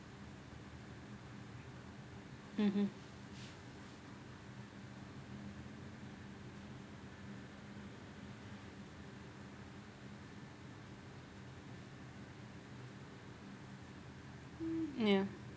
mmhmm yeah